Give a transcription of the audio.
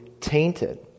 tainted